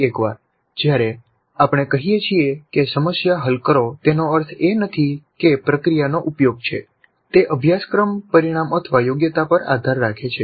ફરી એકવાર જ્યારે આપણે કહીએ છીએ કે સમસ્યા હલ કરો તેનો અર્થ એ નથી કે તે પ્રક્રિયાનો ઉપયોગ છે તે અભ્યાસક્રમ પરિણામયોગ્યતા પર આધાર રાખે છે